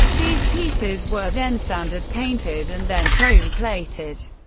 these pieces were then sanded, painted and then chrome-plated.